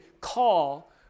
call